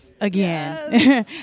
again